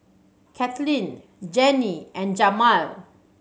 Kathlyn Jenni and Jamal